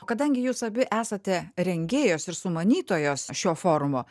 o kadangi jūs abi esate rengėjos ir sumanytojos šio forumo